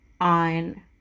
on